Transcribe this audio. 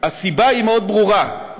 הסיבה מאוד ברורה: